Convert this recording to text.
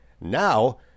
Now